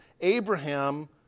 Abraham